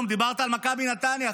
דיברת על מכבי נתניה,